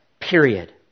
period